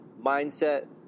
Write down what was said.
mindset